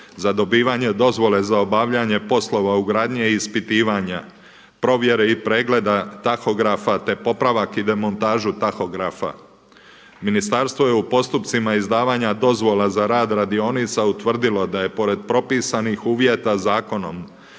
za dobivanje dozvole za obavljanje poslova ugradnje i ispitivanja, provjere i pregleda tahografa te popravak i demontažu tahografa. Ministarstvo je u postupcima izdavanja dozvola za rad radionica utvrdilo da je pored propisanih uvjeta zakonom